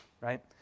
right